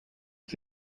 auf